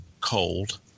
cold